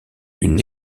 une